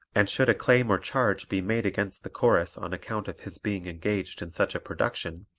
and should a claim or charge be made against the chorus on account of his being engaged in such a production,